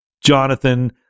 Jonathan